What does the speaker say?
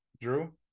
Drew